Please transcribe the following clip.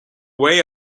way